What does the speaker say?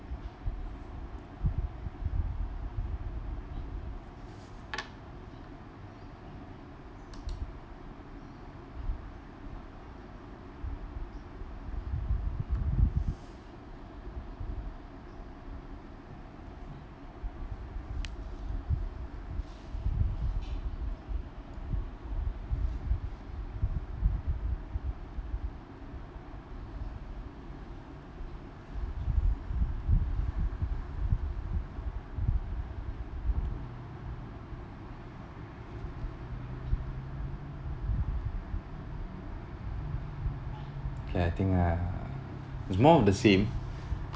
K I think I uh it's more of the same